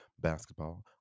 basketball